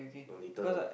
then later